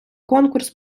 конкурс